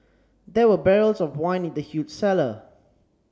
there were barrels of wine in the huge cellar